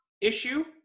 issue